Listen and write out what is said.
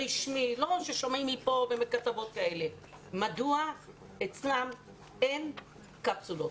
רשמי - לא ששומעים מכאן וקוראים כתבות מדוע אצלם אין קפסולות.